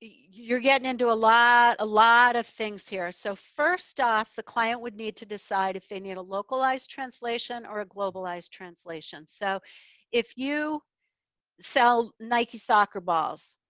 you're getting into a lot a lot of things here. so first off the client would need to decide if they need a localized translation or a globalized translation. so if you sell nike soccer balls,